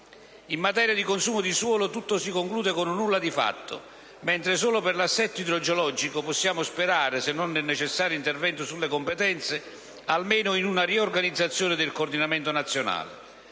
In materia di consumo di suolo tutto si conclude con un nulla di fatto, mentre solo per l'assetto idrogeologico possiamo sperare, se non nel necessario intervento sulle competenze, almeno in una riorganizzazione del coordinamento nazionale.